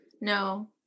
no